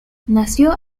nació